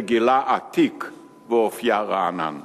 שגילה עתיק ואופיה רענן.